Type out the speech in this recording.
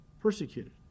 persecuted